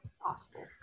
possible